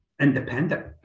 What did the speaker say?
independent